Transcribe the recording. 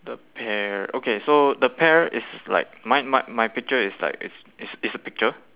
the pear okay so the pear is like mine my my picture is like it's it's it's a picture